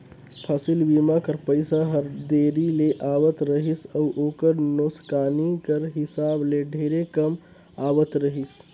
फसिल बीमा कर पइसा हर देरी ले आवत रहिस अउ ओकर नोसकानी कर हिसाब ले ढेरे कम आवत रहिस